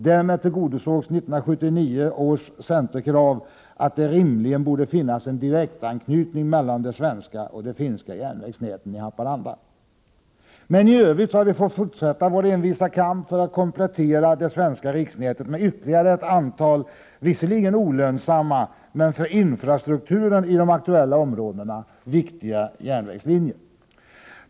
Därmed tillgodosågs 1979 års centerkrav, att det rimligen borde finnas en direktanknytning mellan de svenska och finska järnvägsnäten i Haparanda. Men i övrigt har vi fått fortsätta vår envisa kamp för att komplettera det svenska riksnätet med ytterligare ett antal visserligen olönsamma men för infrastrukturen i de aktuella områdena viktiga järnvägslinjer.